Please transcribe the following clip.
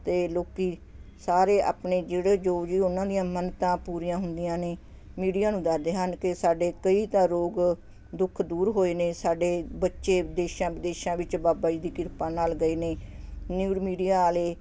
ਅਤੇ ਲੋਕ ਸਾਰੇ ਆਪਣੇ ਜਿਹੜੇ ਜੋ ਜੋ ਉਹਨਾਂ ਦੀਆਂ ਮੰਨਤਾਂ ਪੂਰੀਆਂ ਹੁੰਦੀਆਂ ਨੇ ਮੀਡੀਆ ਨੂੰ ਦੱਸਦੇ ਹਨ ਕਿ ਸਾਡੇ ਕਈ ਤਾਂ ਰੋਗ ਦੁੱਖ ਦੂਰ ਹੋਏ ਨੇ ਸਾਡੇ ਬੱਚੇ ਦੇਸ਼ਾਂ ਵਿਦੇਸ਼ਾਂ ਵਿੱਚ ਬਾਬਾ ਜੀ ਦੀ ਕਿਰਪਾ ਨਾਲ ਗਏ ਨੇ ਨਿਊਜ਼ ਮੀਡੀਆ ਵਾਲੇ